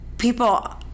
People